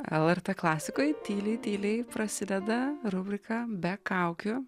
lrt klasikoj tyliai tyliai prasideda rubrika be kaukių